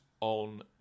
on